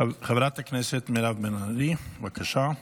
חברת הכנסת מירב בן ארי, בבקשה.